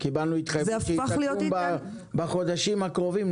קיבלנו התחייבות שהיא תקום בחודשים הקרובים.